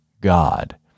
God